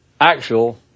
actual